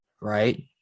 Right